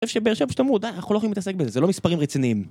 עכשיו שאתה מודע, אנחנו לא יכולים להתעסק בזה, זה לא מספרים רציניים